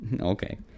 Okay